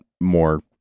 more